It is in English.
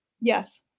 Yes